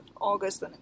August